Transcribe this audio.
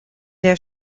der